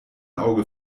auge